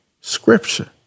scripture